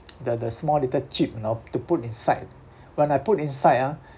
the the small little chip you know to put inside when I put inside ah